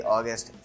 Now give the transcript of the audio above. August